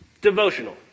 devotional